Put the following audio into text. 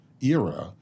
era